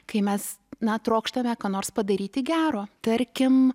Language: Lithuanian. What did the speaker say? kai mes na trokštame ką nors padaryti gero tarkim